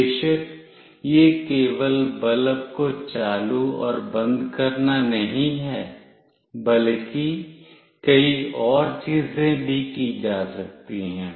बेशक यह केवल बल्ब को चालू और बंद करना नहीं है बल्कि कई और चीजें भी की जा सकती हैं